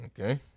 Okay